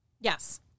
Yes